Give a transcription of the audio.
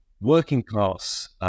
working-class